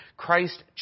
Christ